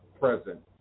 present